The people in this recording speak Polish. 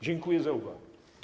Dziękuję za uwagę.